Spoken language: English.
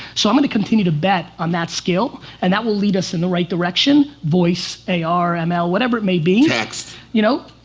so i'm gonna continue to bet on that skill and that will lead us in the right direction. voice, ar, ah ml, whatever it may be. text. you know,